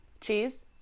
Cheese